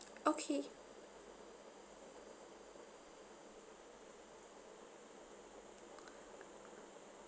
okay